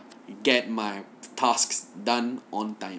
get my tasks done on time